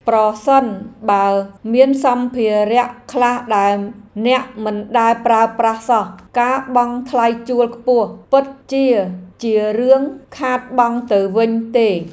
ប្រសិនបើមានសម្ភារៈខ្លះដែលអ្នកមិនដែលប្រើប្រាស់សោះការបង់ថ្លៃជួលខ្ពស់ពិតជាជារឿងខាតបង់ទៅវិញទេ។